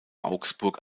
augsburg